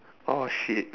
oh shit